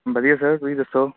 ਵਧੀਆ ਸਰ ਤੁਸੀਂ ਦੱਸੋ